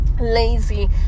lazy